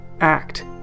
act